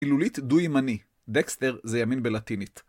הילולית דו ימני, דקסטר זה ימין בלטינית.